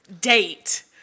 date